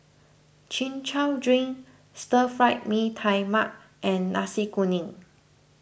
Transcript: Chin Chow Drink Stir Fry Mee Tai Mak and Nasi Kuning